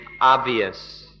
obvious